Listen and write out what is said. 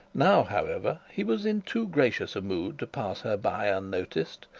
now, however, he was in too gracious a mood to pass her by unnoticed.